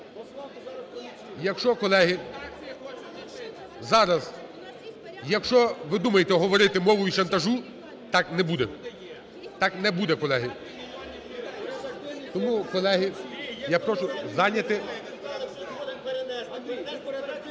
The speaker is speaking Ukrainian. Якщо, колеги, зараз… якщо ви думаєте говорити мовою шантажу, так не буде, так не буде, колеги. Тому, колеги, я прошу зайняти…